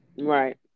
right